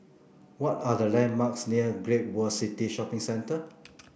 what are the landmarks near Great World City Shopping Centre